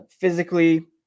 physically